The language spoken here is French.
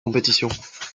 compétitions